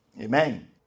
Amen